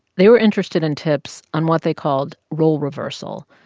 they were interested in tips on what they called role reversal,